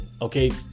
okay